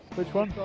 which one.